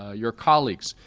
ah your colleagues.